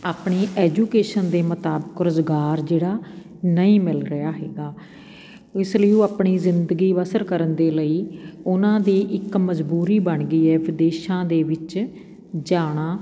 ਆਪਣੀ ਐਜੂਕੇਸ਼ਨ ਦੇ ਮੁਤਾਬਕ ਰੁਜ਼ਗਾਰ ਜਿਹੜਾ ਨਹੀਂ ਮਿਲ ਰਿਹਾ ਹੈਗਾ ਇਸ ਲਈ ਉਹ ਆਪਣੀ ਜ਼ਿੰਦਗੀ ਬਸਰ ਕਰਨ ਦੇ ਲਈ ਉਨ੍ਹਾਂ ਦੀ ਇੱਕ ਮਜਬੂਰੀ ਬਣ ਗਈ ਹੈ ਵਿਦੇਸ਼ਾਂ ਦੇ ਵਿੱਚ ਜਾਣਾ